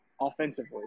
offensively